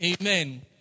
Amen